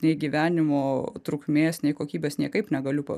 nei gyvenimo trukmės nei kokybės niekaip negaliu pa